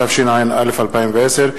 התשע"א 2010,